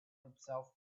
himself